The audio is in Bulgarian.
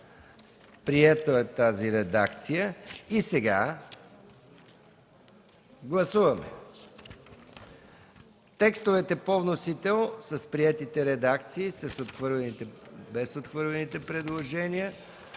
Приета е и тази редакция. Гласуваме текстовете по вносител с приетите редакции, без отхвърлените предложения,